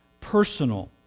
personal